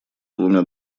двумя